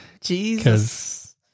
Jesus